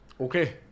Okay